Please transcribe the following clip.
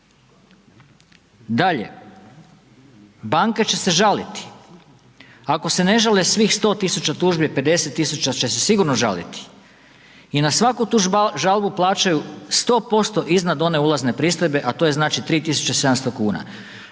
Dalje, banke će se žaliti. Ako se ne žale svih 100.000 tužbi, 50.000 će se sigurno žaliti i na svaku tu žalbu plaćaju 100% iznad one ulazne pristojbe, a to je 3.700 kuna.